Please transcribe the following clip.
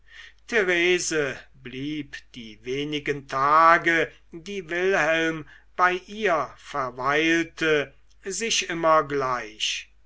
therese blieb die wenigen tage die wilhelm bei ihr verweilte sich immer gleich